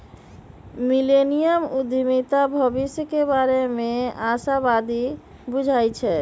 millennium उद्यमीता भविष्य के बारे में आशावादी बुझाई छै